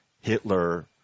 Hitler